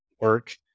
work